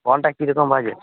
কনটার কী রকম বাজেট